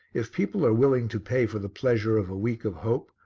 if people are willing to pay for the pleasure of a week of hope,